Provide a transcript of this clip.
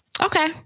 Okay